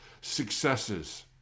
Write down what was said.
successes